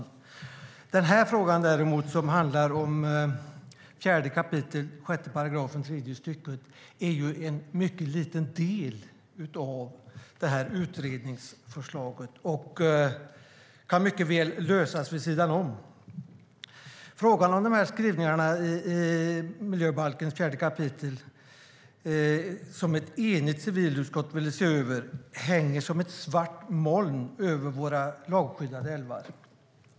Just den här frågan, som handlar om 4 kap. 6 § tredje stycket miljöbalken, är däremot en mycket liten del av utredningsförslaget och kan mycket väl lösas vid sidan om. Frågan om skrivningarna i miljöbalkens 4 kap., som ett enigt civilutskott ville se över, hänger som ett svart moln över våra lagskyddade älvar.